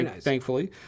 thankfully